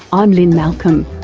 i'm lynne malcolm,